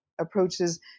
approaches